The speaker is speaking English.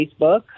Facebook